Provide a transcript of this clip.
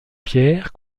pierre